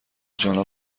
جانا